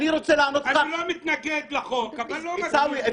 אני לא מתנגד לחוק אבל לא מתאים לי.